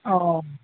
अह